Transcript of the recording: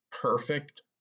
perfect